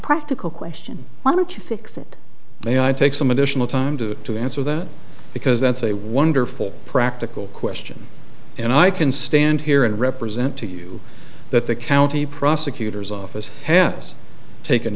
practical question why don't you fix it they i take some additional time to to answer that because that's a wonderful practical question and i can stand here and represent to you that the county prosecutor's office has taken